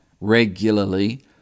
regularly